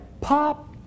pop